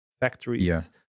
factories